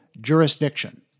jurisdiction